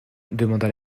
demanda